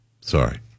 Sorry